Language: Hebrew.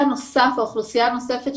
האוכלוסייה הנוספת,